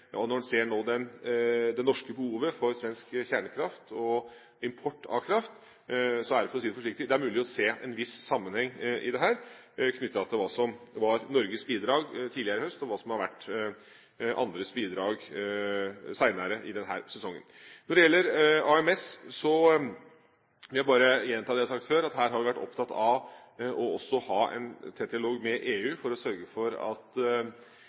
Når en nå ser det norske behovet for svensk kjernekraft og import av kraft, er det, for å si det forsiktig, mulig å se en viss sammenheng i dette knyttet til hva som var Norges bidrag tidligere, i høst, og hva som har vært andres bidrag senere i denne sesongen. Når det gjelder AMS, så vil jeg bare gjenta det jeg har sagt før, at her har vi vært opptatt av også å ha en tett dialog med EU for å sørge for å lage et system som er såpass likt mellom naboland at